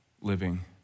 living